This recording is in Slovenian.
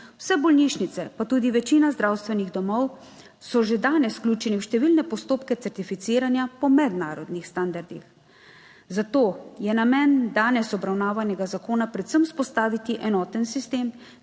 vse bolnišnice pa tudi večina zdravstvenih domov so že danes vključeni v številne postopke certificiranja po mednarodnih standardih, zato je namen danes obravnavanega zakona predvsem vzpostaviti enoten sistem,